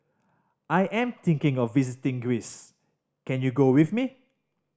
I am thinking of visiting Greece can you go with me